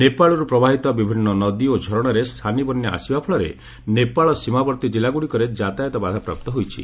ନେପାଳରୁ ପ୍ରବାହିତ ବିଭିନ୍ନ ନଦୀ ଓ ଝରଣାରେ ସାନି ବନ୍ୟା ଆସିବା ଫଳରେ ନେପାଳ ସୀମାବର୍ତ୍ତୀ ଜିଲ୍ଲାଗୁଡ଼ିକରେ ଯାତାୟତ ବାଧାପ୍ରାପ୍ତ ହୋଇଛି